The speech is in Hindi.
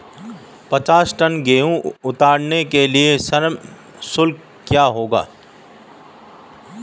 पचास टन गेहूँ उतारने के लिए श्रम शुल्क क्या होगा?